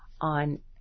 on